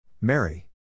Mary